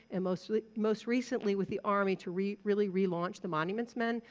and mostly most recently with the army, to really really relaunch the monuments men.